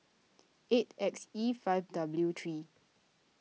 eight X E five W three